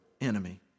enemy